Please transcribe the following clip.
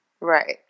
Right